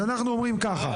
אז אנחנו אומרים ככה,